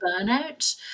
burnout